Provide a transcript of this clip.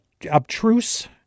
obtruse